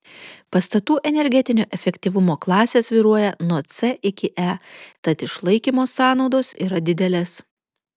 pastatų energetinio efektyvumo klasės svyruoja nuo c iki e tad išlaikymo sąnaudos yra didelės